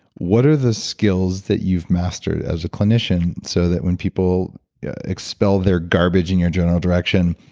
what are the skills that you've mastered as a clinician so that when people expel their garbage in your general direction,